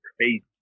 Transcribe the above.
crazy